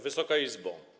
Wysoka Izbo!